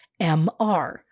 MR